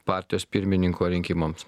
partijos pirmininko rinkimams